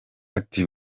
ati